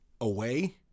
away